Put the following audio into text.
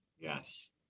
Yes